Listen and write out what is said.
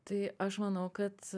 tai aš manau kad